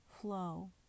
flow